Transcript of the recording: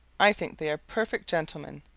i think they are perfect gentlemen.